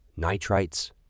nitrites